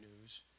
news